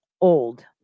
old